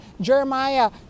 jeremiah